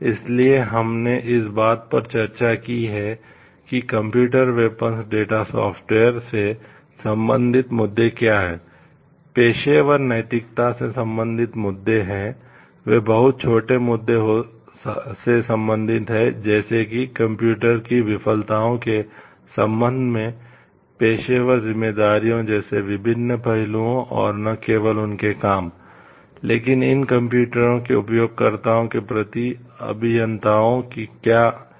इसलिए हमने इस बात पर चर्चा की है कि कंप्यूटर वेपन्स डेटा सॉफ्टवेयर अपेक्षाएं हैं